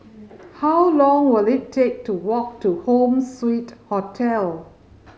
how long will it take to walk to Home Suite Hotel